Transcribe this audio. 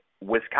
Wisconsin